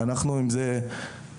אנחנו עם זה יום-יום,